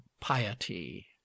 piety